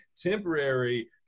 temporary